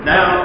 Now